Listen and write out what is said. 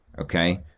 Okay